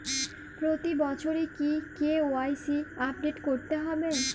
প্রতি বছরই কি কে.ওয়াই.সি আপডেট করতে হবে?